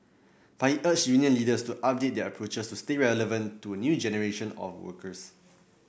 but he urged union leaders to update their approaches to stay relevant to a new generation of workers